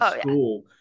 school